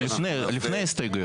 אבל לפני כן, לפני ההסתייגויות.